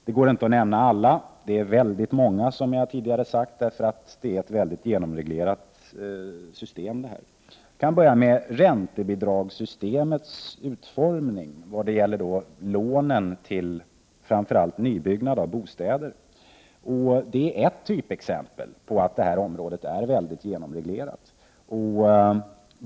Det går inte att nämna alla, eftersom de, som jag tidigare sagt, är väldigt många och detta system väldigt genomreglerat. Jag börjar med räntebidragssystemets utformning när det gäller lånen till framför allt nybyggnad av bostäder. Det är ett typexempel på att detta område är väldigt genomreglerat.